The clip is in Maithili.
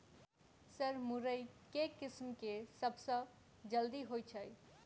सर मुरई केँ किसिम केँ सबसँ जल्दी होइ छै?